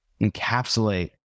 encapsulate